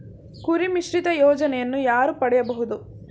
ಕುರಿಮಿತ್ರ ಯೋಜನೆಯನ್ನು ಯಾರು ಪಡೆಯಬಹುದು?